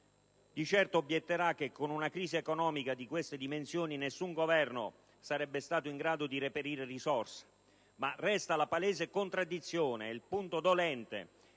di certo obietterà che con una crisi economica di queste dimensioni nessun Governo sarebbe stato in grado di reperire risorse, ma resta la palese contraddizione, il punto dolente,